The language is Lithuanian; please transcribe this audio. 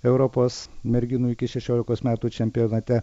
europos merginų iki šešiolikos metų čempionate